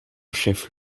chef